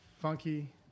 funky